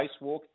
Spacewalk